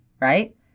right